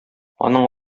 аның